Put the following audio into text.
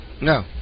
No